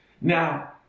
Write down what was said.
now